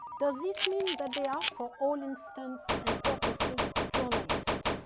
does this mean that they are, for all instance and purposes, journalists?